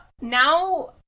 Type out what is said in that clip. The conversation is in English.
Now